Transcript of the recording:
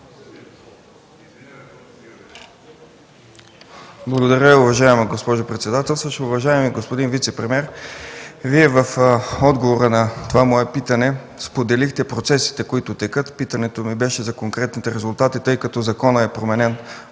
Благодаря, госпожо председател. Уважаеми господин вицепремиер, в отговора на това мое питане споделихте процесите, които текат. Питането ми беше за конкретните резултати, тъй като законът е променен